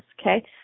Okay